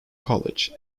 college